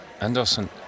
Anderson